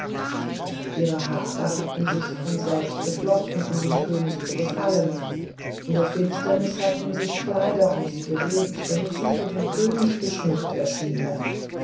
ihre haare hatten sich von selbst geflochten um dem könig zu gefallen in der finsternis hatten sich kleider um sie gewebt damit sie für den könig geschmückt erscheine